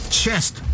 chest